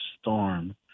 storm